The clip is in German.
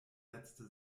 setzte